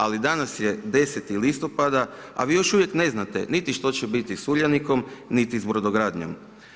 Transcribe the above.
Ali, danas je 10. listopada, a vi još uvijek ne znate, niti što će biti s Uljanikom, niti s brodogradnjom.